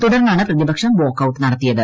തുടർന്നാണ് പ്രതിപക്ഷം വാക്കൌട്ട് നടത്തിയത്